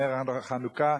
נר החנוכה,